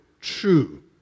true